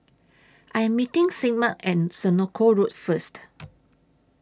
I Am meeting Sigmund At Senoko Road First